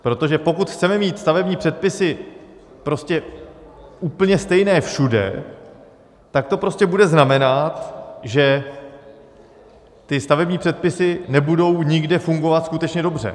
Protože pokud chceme mít stavební předpisy prostě úplně stejné všude, tak to bude znamenat, že ty stavební předpisy nebudou nikde fungovat skutečně dobře.